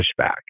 pushback